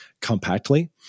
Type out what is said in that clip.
compactly